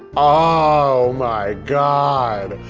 oh my god!